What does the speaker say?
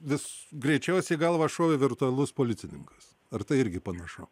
vis greičiausiai į galvą šovė virtualus policininkas ar tai irgi panašu